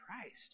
Christ